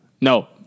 No